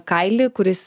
kailį kuris